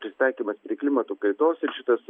prisitaikymas prie klimato kaitos ir šitas